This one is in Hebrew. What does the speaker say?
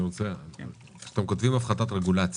כשאתם כותבים הפחתת רגולציה,